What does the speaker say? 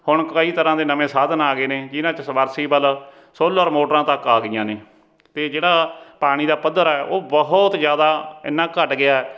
ਹੁਣ ਕਈ ਤਰ੍ਹਾਂ ਦੇ ਨਵੇਂ ਸਾਧਨ ਆ ਗਏ ਨੇ ਜਿਨ੍ਹਾਂ 'ਚ ਸਵਰਸੀਬਲ ਸੋਲਰ ਮੋਟਰਾਂ ਤੱਕ ਆ ਗਈਆਂ ਨੇ ਅਤੇ ਜਿਹੜਾ ਪਾਣੀ ਦਾ ਪੱਧਰ ਹੈ ਉਹ ਬਹੁਤ ਜ਼ਿਆਦਾ ਐਨਾ ਘੱਟ ਗਿਆ